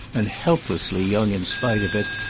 and helplessly young in spite of it,